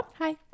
Hi